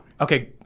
Okay